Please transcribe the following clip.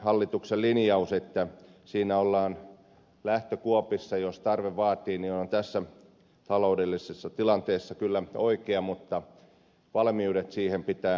hallituksen linjaus että siinä ollaan lähtökuopissa jos tarve vaatii on tässä taloudellisessa tilanteessa kyllä oikea mutta valmiudet siihen pitää olla